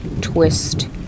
twist